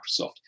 Microsoft